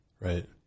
Right